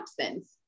absence